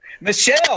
michelle